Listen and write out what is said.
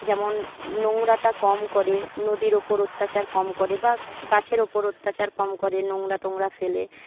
যেমন নোংরাটা কম করে নদীর উপর অত্যাচার কম করে বা গাছের উপর অত্যাচার কম করে নোংরা টোংরা ফেলে